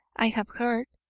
i have heard.